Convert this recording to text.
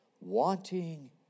Wanting